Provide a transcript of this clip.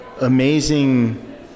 amazing